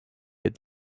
had